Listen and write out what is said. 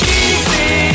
easy